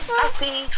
happy